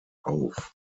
auf